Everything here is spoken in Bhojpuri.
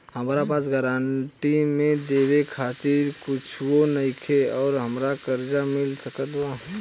हमरा पास गारंटी मे देवे खातिर कुछूओ नईखे और हमरा कर्जा मिल सकत बा?